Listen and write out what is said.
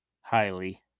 highly